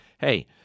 hey